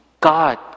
God